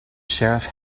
sheriff